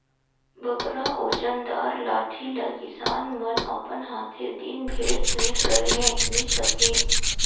बगरा ओजन दार लाठी ल किसान मन अपन हाथे दिन भेर धइर रहें नी सके